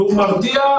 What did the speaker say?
והוא מרתיע.